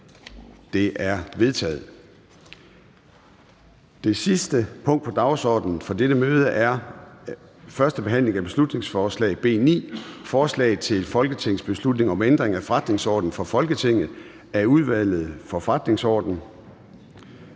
Det er vedtaget. --- Det sidste punkt på dagsordenen er: 12) 1. behandling af beslutningsforslag nr. B 9: Forslag til folketingsbeslutning om ændring af forretningsorden for Folketinget. (Opdeling af Indenrigs-